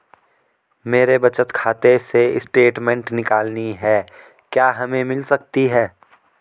मेरे बचत खाते से स्टेटमेंट निकालनी है क्या हमें मिल सकती है?